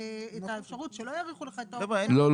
את האפשרות שלא יאריכו לך את האופציה --- לא,